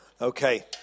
Okay